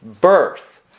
birth